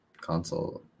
console